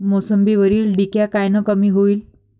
मोसंबीवरील डिक्या कायनं कमी होईल?